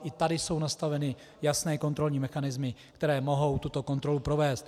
I tady jsou nastaveny jasné kontrolní mechanismy, které mohou tuto kontrolu provést.